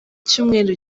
cyumweru